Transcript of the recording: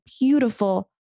beautiful